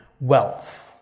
wealth